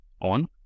on